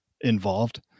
involved